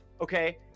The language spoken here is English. okay